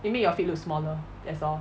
it make your feet look smaller that's all